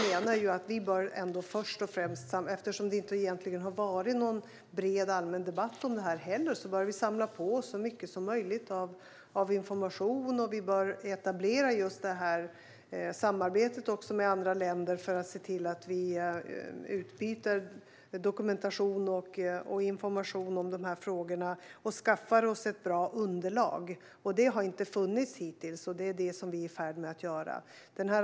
Eftersom det inte har varit någon bred allmän debatt om detta menar vi att vi bör samla på oss så mycket som möjligt av information och etablera samarbete med andra länder för att se till att vi utbyter dokumentation och information om de här frågorna och skaffar oss ett bra underlag. Det har inte funnits hittills. Detta är vi i färd med nu.